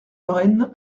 lorraine